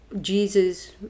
jesus